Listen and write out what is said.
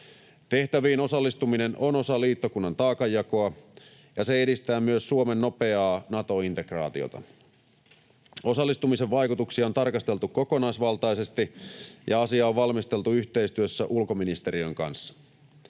Tehtäviin osallistuminen on osa liittokunnan taakanjakoa, ja se edistää myös Suomen nopeaa Nato-integraatiota. Osallistumisen vaikutuksia on tarkasteltu kokonaisvaltaisesti ja asiaa on valmisteltu yhteistyössä ulkoministe-riön kanssa.